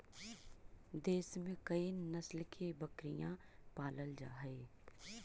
देश में कई नस्ल की बकरियाँ पालल जा हई